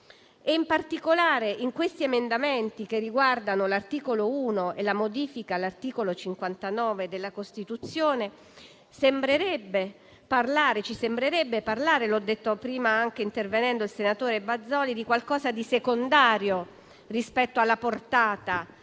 costituzionale. In questi emendamenti, che riguardano l'articolo 1 e la modifica dell'articolo 59 della Costituzione, ci sembrerebbe di parlare - l'ha detto prima anche il senatore Bazoli - di qualcosa di secondario rispetto alla portata